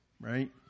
right